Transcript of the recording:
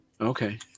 Okay